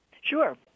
Sure